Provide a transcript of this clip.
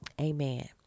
Amen